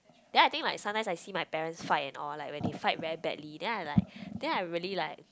then I think like sometimes I see my parents fight and all like when they fight very badly then I like then I really like